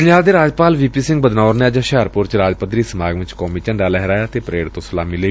ਪੰਜਾਬ ਦੇ ਰਾਜਪਾਲ V P Singh Badnore ਨੇ ਅੱਜ ਹੁਸ਼ਿਆਰਪੁਰ ਚ ਰਾਜ ਪੱਧਰੀ ਸਮਾਗਮ ਵਿਚ ਕੌਮੀ ਝੰਡਾ ਲਹਿਰਾਇਆ ਅਤੇ ਪਰੇਡ ਤੋਂ ਸਲਾਮੀ ਲਈ